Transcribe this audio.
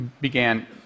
began